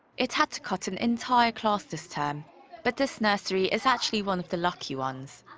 it had to cut an entire class this term but this nursery is actually one of the lucky ones.